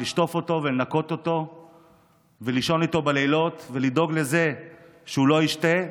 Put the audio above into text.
לשטוף אותו ולנקות אותו ולישון איתו בלילות ולדאוג שהוא לא ישתה,